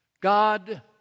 God